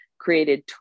created